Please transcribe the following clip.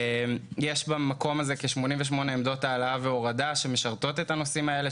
יש במקום הזה כ-88 עמדות העלאה והורדה שמשרתות את הנוסעים האלה,